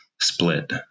split